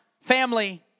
family